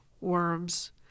worms